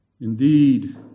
Indeed